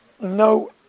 No